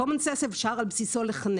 על בסיס קומנסנס אפשר לחנך.